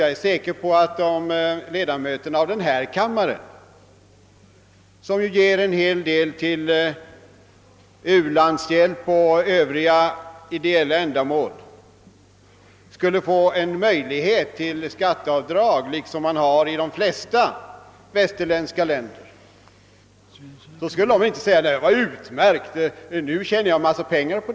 Jag är säker på att ledamöterna av denna kammare, som ju ger en hel del till u-landshjälp och andra ideella ändamål, om de skulle få en möjlighet till skatteavdrag för detta — på samma sätt som i de flesta västerländska länder — inte skulle säga: Det är utmärkt, ty det skulle jag tjäna en massa pengar på!